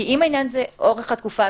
כי אם העניין הוא אורך התקופה,